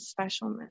specialness